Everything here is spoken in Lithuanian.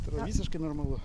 atrodo visiškai normalu